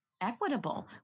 equitable